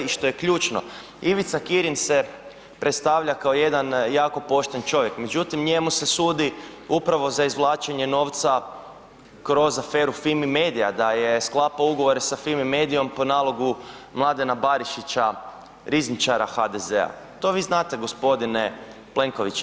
I što je ključno, Ivica Kirin se predstavlja kao jedan jako pošten čovjek, međutim njemu se sudi upravo za izvlačenje novca kroz aferu Fimi media da je sklapao ugovore s Fimi mediom po nalogu Mladena Barišića rizničara HDZ-a, to vi znate gospodine Plenković.